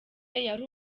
yari